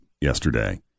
yesterday